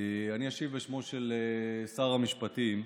אני אשיב בשמו של שר המשפטים.